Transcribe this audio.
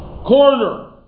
Corner